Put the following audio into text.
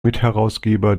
mitherausgeber